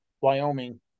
Wyoming